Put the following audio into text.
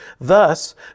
Thus